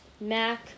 Mac